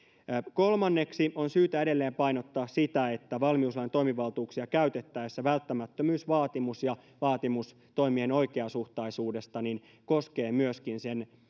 kolmanneksi on syytä edelleen painottaa sitä että valmiuslain toimivaltuuksia käytettäessä välttämättömyysvaatimus ja vaatimus toimien oikeasuhtaisuudesta koskee myöskin